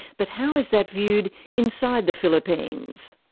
but how is that viewed inside the philippines?